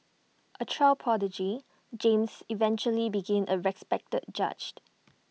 A child prodigy James eventually became A respected judge